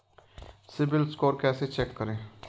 CIBIL score कैसे check करें?